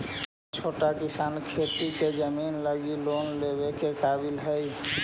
का छोटा किसान खेती के जमीन लगी लोन लेवे के काबिल हई?